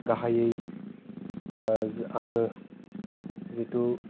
गाहायै आङो जिथु